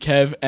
Kev